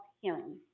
hearing